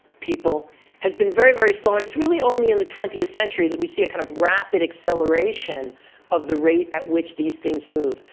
people has been very, very slow. and it's really only in the twentieth century that we see a kind of rapid acceleration of the rate at which these things move.